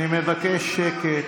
אני מבקש שקט.